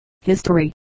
History